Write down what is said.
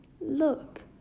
Look